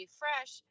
fresh